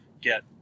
get